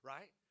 Right